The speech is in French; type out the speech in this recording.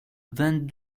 vingt